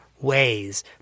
ways